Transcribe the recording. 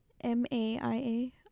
m-a-i-a